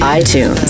iTunes